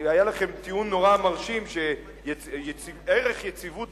היה לכם טיעון נורא מרשים שערך יציבות